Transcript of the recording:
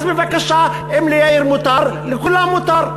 אז בבקשה, אם ליאיר מותר, לכולם מותר.